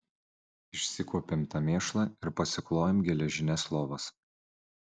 išsikuopėm tą mėšlą ir pasiklojom geležines lovas